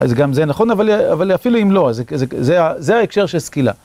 אז גם זה נכון, אבל אפילו אם לא, זה ההקשר של סקילה.